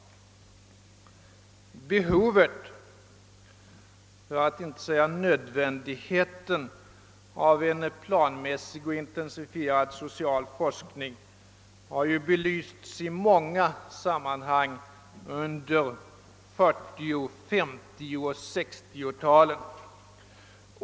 Behovet för att inte säga nödvändigheten av en planmässig och intensifierad social forskning har ju belysts i många sammanhang under 1940-, 1950 och 1960-talen.